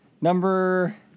Number